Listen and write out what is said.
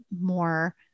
more